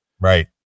right